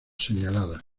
señaladas